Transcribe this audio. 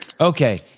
Okay